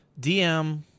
DM